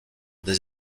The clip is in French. des